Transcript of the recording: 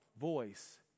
voice